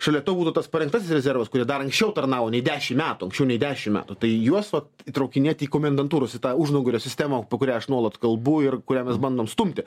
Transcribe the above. šalia to būtų tas parengtasis rezervas kurio dar anksčiau tarnavo nei dešimt metų anksčiau nei dešimt metų tai juos vat įtraukinėti į komendantūros į tą užnugario sistemą kurią aš nuolat kalbų ir kurią mes bandom stumti